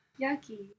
Yucky